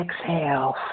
exhale